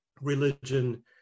religion